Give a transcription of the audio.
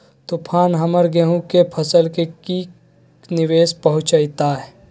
तूफान हमर गेंहू के फसल के की निवेस पहुचैताय?